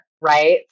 right